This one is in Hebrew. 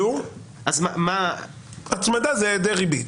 הצמדה וריבית.